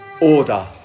Order